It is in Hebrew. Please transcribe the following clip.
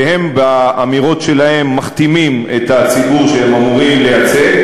שהם באמירות שלהם מכתימים את הציבור שהם אמורים לייצג.